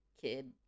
kid